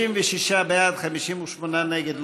57 בעד, 58 נגד.